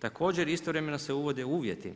Također istovremeno se uvodi uvjeti